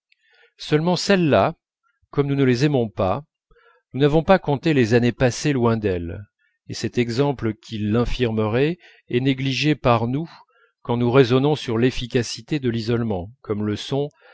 seulement celles-là comme nous ne les aimions pas nous n'avons pas compté les années passées loin d'elles et cet exemple qui l'infirmerait est négligé par nous quand nous raisonnons sur l'efficacité de l'isolement comme le sont